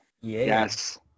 Yes